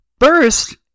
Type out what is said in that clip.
First